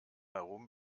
herum